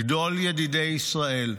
גדול ידידי ישראל,